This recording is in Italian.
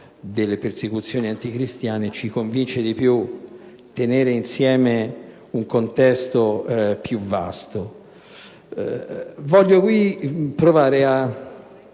delle persecuzioni anticristiane. Ci convince di più riferirci ad un contesto più vasto. Vorrei provare a